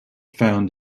found